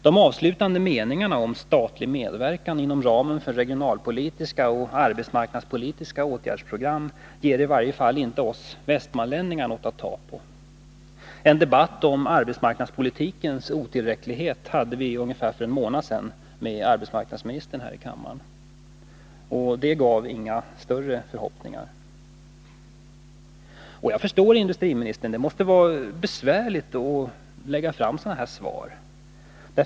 De avslutande meningarna om statlig medverkan inom ramen för de regionalpolitiska och arbetsmarknadspolitiska åtgärdsprogrammen ger ju i varje fall inte oss västmanlänningar något att ta på. En debatt om arbetsmarknadspolitikens otillräcklighet förde vi med arbetsmarknadsministern för ungefär en månad sedan här i kammaren. Den gav oss inga större förhoppningar. Jag förstår industriministern. Det måste vara besvärligt för honom att lägga fram ett svar som detta.